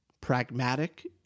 pragmatic